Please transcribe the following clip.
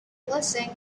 blessing